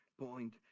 point